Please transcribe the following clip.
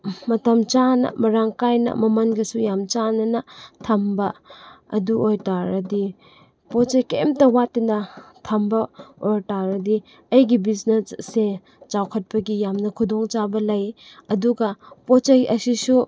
ꯃꯇꯝ ꯆꯥꯅ ꯃꯔꯥꯡ ꯀꯥꯏꯅ ꯃꯃꯜꯒꯁꯨ ꯌꯥꯝ ꯆꯥꯟꯅꯅ ꯊꯝꯕ ꯑꯗꯨ ꯑꯣꯏ ꯇꯥꯔꯗꯤ ꯄꯣꯠ ꯆꯩ ꯀꯔꯤꯝꯇ ꯋꯥꯠꯇꯅ ꯊꯝꯕ ꯑꯣꯔ ꯇꯥꯔꯗꯤ ꯑꯩꯒꯤ ꯕꯤꯖꯤꯅꯦꯁ ꯑꯁꯦ ꯆꯥꯎꯈꯠꯄꯒꯤ ꯌꯥꯝꯅ ꯈꯨꯗꯣꯡ ꯆꯥꯕ ꯂꯩ ꯑꯗꯨꯒ ꯄꯣꯠ ꯆꯩ ꯑꯁꯤꯁꯨ